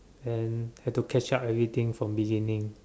and have to catch up everything from beginning